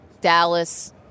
Dallas –